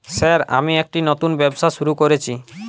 Sir আমি একটি নতুন ব্যবসা শুরু করেছি?